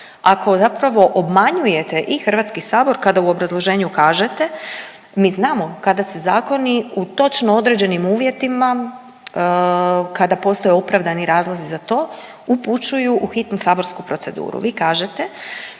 ako zapravo obmanjujete i HS kada u obrazloženju kažete, mi znamo kada se zakoni u točno određenim uvjetima kada postoje opravdani razlozi za to upućuju u hitnu saborsku proceduru.